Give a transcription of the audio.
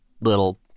little